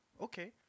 okay